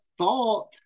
thought